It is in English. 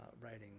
writing